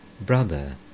Brother